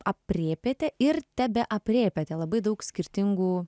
aprėpėte ir tebe aprėpiate labai daug skirtingų